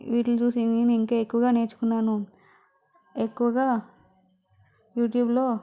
వీటికి చూసి నేను ఇంకా ఎక్కువగా నేర్చుకున్నాను ఎక్కువగా యూట్యూబ్ లో